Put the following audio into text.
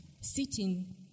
sitting